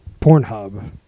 Pornhub